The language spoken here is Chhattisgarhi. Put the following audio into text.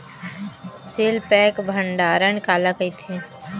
सील पैक भंडारण काला कइथे?